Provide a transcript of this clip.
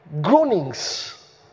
groanings